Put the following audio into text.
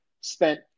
spent